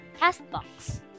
CastBox